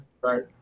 right